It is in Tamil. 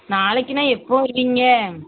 நாளைக்குன்னால் எப்போது வருவீங்க